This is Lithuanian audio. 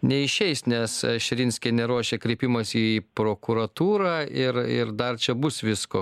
neišeis nes širinskienė ruošia kreipimąsi į prokuratūrą ir ir dar čia bus visko